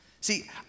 see